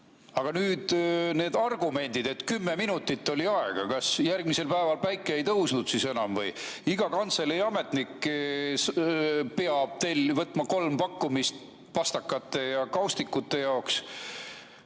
Aga nüüd need argumendid, et kümme minutit oli aega. Kas järgmisel päeval päike ei tõusnud enam? Iga kantseleiametnik peab võtma kolm pakkumist pastakate ja kaustikute jaoks.